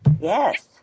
Yes